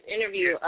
interview